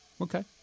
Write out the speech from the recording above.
Okay